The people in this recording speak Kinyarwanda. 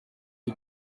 iyo